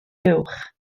uwch